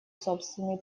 собственный